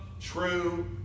true